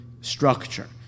structure